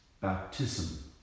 baptism